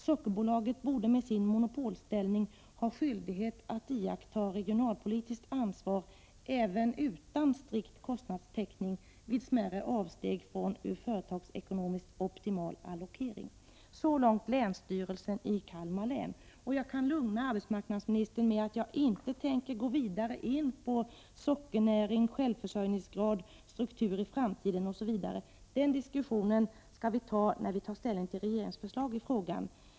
Sockerbolaget borde med sin monopolställning ha skyldighet att iaktta regionalpolitiskt ansvar även utan strikt kostnadstäckning vid smärre avsteg från ur företagsekonomiskt optimal allokering.” Så långt länstyrelsen i Kalmar län. Jag kan lugna arbetsmarknadsministern med att jag inte tänker gå vidare in på sockernäring, självförsörjningsgrad, strukturen i framtiden osv. Den diskussionen kommer när riksdagen skall ta ställning till regeringens förslag i frågan.